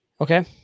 Okay